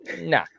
Nah